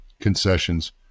concessions